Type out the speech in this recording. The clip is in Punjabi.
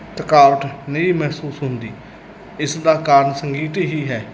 ਥਕਾਵਟ ਨਹੀਂ ਵੀ ਮਹਿਸੂਸ ਹੁੰਦੀ ਇਸ ਦਾ ਕਾਰਨ ਸੰਗੀਤ ਹੀ ਹੈ